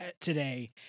today